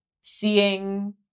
seeing